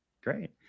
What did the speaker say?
Great